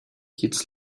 kids